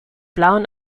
blauen